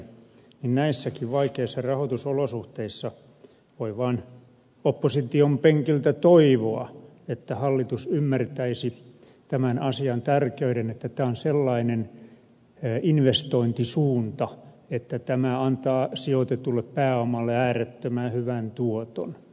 näissäkin vaikeissa rahoitusolosuhteissa voi vaan opposition penkiltä toivoa että hallitus ymmärtäisi tämän asian tärkeyden että tämä on sellainen investointisuunta että tämä antaa sijoitetulle pääomalle äärettömän hyvän tuoton